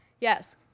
yes